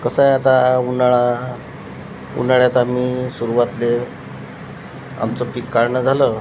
कसं आहे आता उन्हाळा उन्हाळ्यात आम्ही सुरवातीला आमचं पीक काढणं झालं